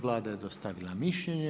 Vlada je dostavila mišljenje.